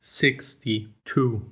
sixty-two